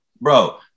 Bro